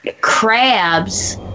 crabs